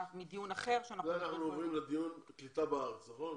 אנחנו עוברים לדיון על הקליטה בארץ, נכון?